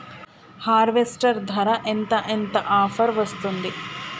Harvester ధర ఎంత ఎంత ఆఫర్ వస్తుంది?